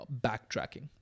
backtracking